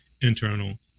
internal